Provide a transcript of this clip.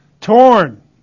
Torn